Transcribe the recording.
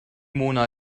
mona